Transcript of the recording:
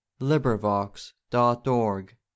LibriVox.org